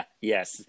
Yes